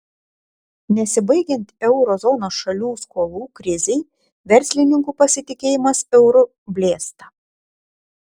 nesibaigiant euro zonos šalių skolų krizei verslininkų pasitikėjimas euru blėsta